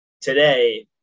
today